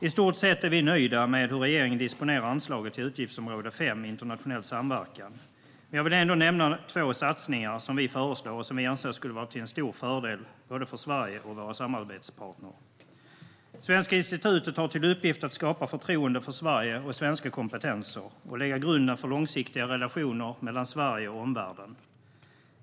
I stort sett är vi nöjda med hur regeringen disponerar anslaget till utgiftsområde 5, Internationell samverkan, men jag vill ändå nämna två satsningar som vi föreslår och som vi anser skulle vara till stor fördel för både Sverige och våra samarbetspartner. Svenska institutet har till uppgift att skapa förtroende för Sverige och svenska kompetenser och lägga grunden för långsiktiga relationer mellan Sverige och omvärlden.